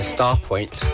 Starpoint